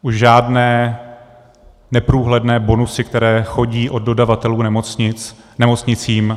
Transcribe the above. Už žádné neprůhledné bonusy, které chodí od dodavatelů nemocnicím.